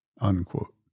unquote